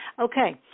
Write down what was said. Okay